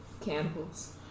cannibals